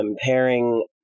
comparing